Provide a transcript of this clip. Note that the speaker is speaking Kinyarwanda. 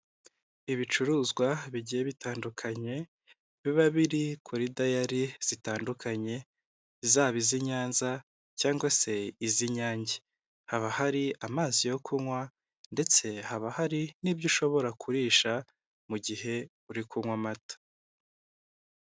Ibicuruzwa bigiye bitandukanye, biba biri kuri dayari zitandukanye, zaba iz'i Nyanza cyangwa se iz'Inyange. Haba hari amazi yo kunywa ndetse haba hari n'ibyo ushobora kurisha mu gihe uri kunywa amata.